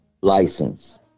license